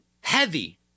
heavy